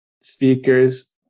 Speakers